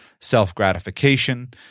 self-gratification